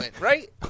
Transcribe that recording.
right